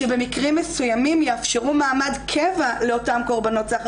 שבמקרים מסוימים יאפשרו מעמד קבע לאותן קורבנות סחר,